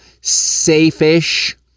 safe-ish